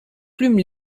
plumes